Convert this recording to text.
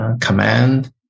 command